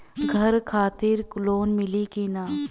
घर खातिर लोन मिली कि ना?